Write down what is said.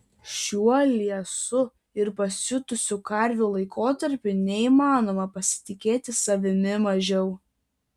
šiuo liesų ir pasiutusių karvių laikotarpiu neįmanoma pasitikėti savimi mažiau